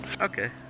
Okay